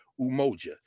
Umoja